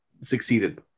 succeeded